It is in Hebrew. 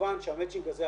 כמובן שהמצ'ינג הזה היום,